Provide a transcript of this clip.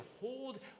Hold